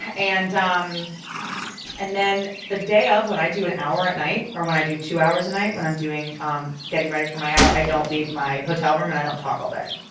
and um and then the day of, when i do an hour at night or when i do two hours a night, when i'm um getting ready for my hour i don't leave my hotel room and i don't talk all day.